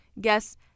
guests